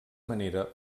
manera